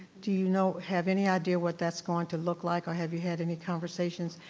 do you know have any idea what that's going to look like, or have you had any conversations?